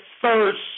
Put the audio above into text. first